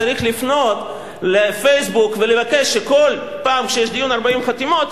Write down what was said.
צריך לפנות ל"פייסבוק" ולבקש שכל פעם כשיש דיון של 40 חתימות,